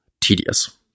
tedious